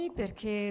perché